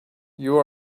you